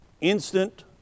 Instant